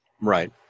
Right